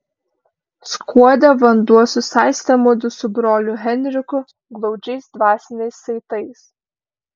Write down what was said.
skuode vanduo susaistė mudu su broliu henriku glaudžiais dvasiniais saitais